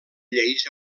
lleis